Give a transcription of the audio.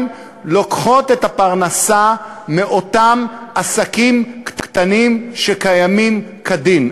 לוקחת את הפרנסה מאותם עסקים קטנים שקיימים כדין.